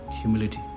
humility